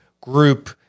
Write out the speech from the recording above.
group